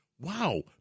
Wow